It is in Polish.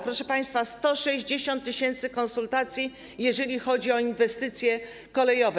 Proszę państwa, 160 tys. konsultacji, jeżeli chodzi o inwestycje kolejowe.